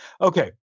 Okay